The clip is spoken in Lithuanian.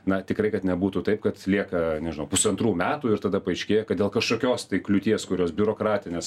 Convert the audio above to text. na tikrai kad nebūtų taip kad lieka nežinau pusantrų metų ir tada paaiškėja kad dėl kažkokios kliūties kurios biurokratinės